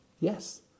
Yes